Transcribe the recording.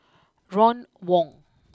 Ron Wong